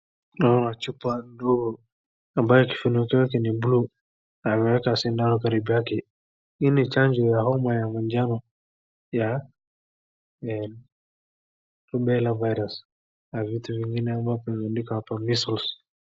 Kuna chupa ndongo ambayo kifunuko yake ni blue ameeka shindano karinu yake. Hii ni chanjo ya homa ya manjano ya Rubella virus na vitu vingine kama Measles.